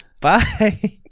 Bye